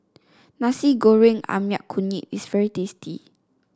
Nasi Goreng ayam kunyit is very tasty